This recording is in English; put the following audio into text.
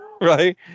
right